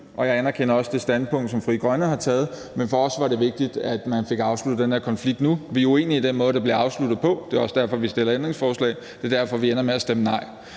og jeg anerkender også det standpunkt, som Frie Grønne har taget, men for os var det vigtigt, at man fik afsluttet den her konflikt nu. Vi er uenige i den måde, det bliver afsluttet på. Det er også derfor, vi stiller ændringsforslag. Det er derfor, vi ender med at stemme nej.